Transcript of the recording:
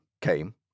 came